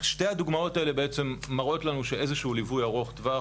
שתי הדוגמאות האלה מראות לנו שאיזשהו ליווי ארוך טווח